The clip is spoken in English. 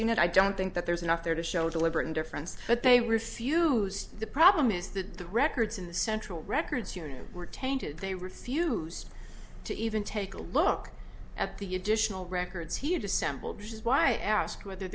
unit i don't think that there's enough there to show deliberate indifference but they refused the problem is that the records in the central records unit were tainted they refused to even take a look at the additional records he had assembled this is why i asked whether